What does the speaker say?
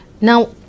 Now